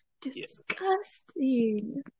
disgusting